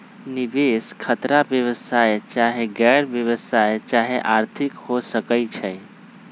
निवेश खतरा व्यवसाय चाहे गैर व्यवसाया चाहे आर्थिक हो सकइ छइ